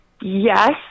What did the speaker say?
Yes